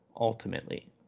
ultimately